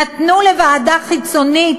נתנו לוועדה חיצונית